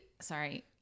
sorry